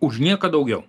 už nieką daugiau